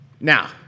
Now